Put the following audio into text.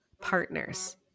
partners